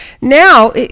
Now